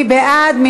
מי בעד?